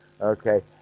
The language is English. Okay